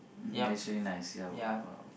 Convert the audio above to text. that's really nice ya !wow!